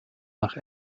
nach